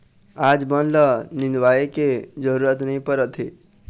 आज बन ल निंदवाए के जरूरत नइ परत हे